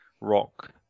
rock